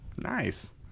nice